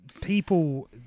people